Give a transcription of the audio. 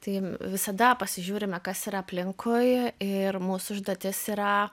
tai visada pasižiūrime kas yra aplinkui ir mūsų užduotis yra